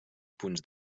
punts